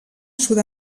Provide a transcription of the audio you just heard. sud